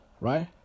right